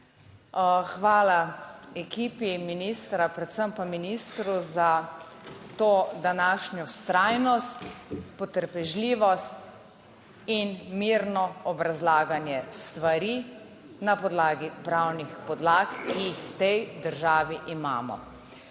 Hvala ekipi ministra, predvsem pa ministru za to današnjo vztrajnost, potrpežljivost in mirno obrazlaganje stvari na podlagi pravnih podlag, ki jih v tej državi imamo.